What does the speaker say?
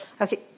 okay